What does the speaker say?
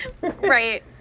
right